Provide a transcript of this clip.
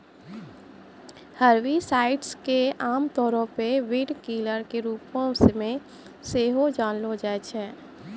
herbicides के आमतौरो पे वीडकिलर के रुपो मे सेहो जानलो जाय छै